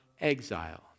exile